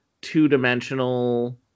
two-dimensional